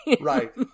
Right